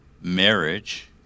marriage